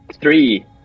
Three